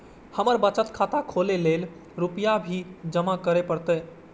हमर बचत खाता खोले के लेल रूपया भी जमा करे परते?